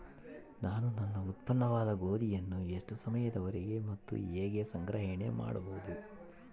ನಾನು ನನ್ನ ಉತ್ಪನ್ನವಾದ ಗೋಧಿಯನ್ನು ಎಷ್ಟು ಸಮಯದವರೆಗೆ ಮತ್ತು ಹೇಗೆ ಸಂಗ್ರಹಣೆ ಮಾಡಬಹುದು?